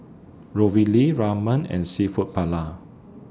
Ravioli Ramen and Seafood Paella